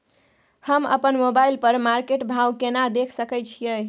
हम अपन मोबाइल पर मार्केट भाव केना देख सकै छिये?